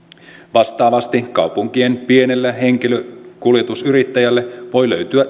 vastaavasti kaupunkien pienelle henkilökuljetusyrittäjälle voi löytyä